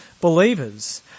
believers